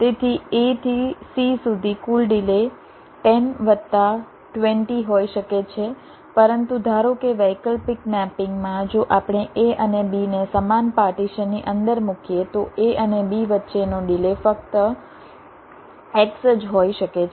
તેથી A થી C થી કુલ ડિલે 10 વત્તા 20 હોઈ શકે છે પરંતુ ધારો કે વૈકલ્પિક મેપિંગ માં જો આપણે A અને Bને સમાન પાર્ટીશનની અંદર મૂકીએ તો A અને B વચ્ચેનો ડિલે ફક્ત X જ હોઈ શકે છે